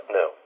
no